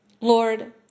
Lord